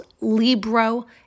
Libro